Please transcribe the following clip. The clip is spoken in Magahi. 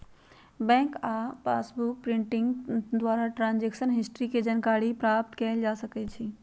बैंक जा कऽ पासबुक प्रिंटिंग द्वारा ट्रांजैक्शन हिस्ट्री के जानकारी प्राप्त कएल जा सकइ छै